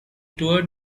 toured